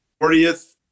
40th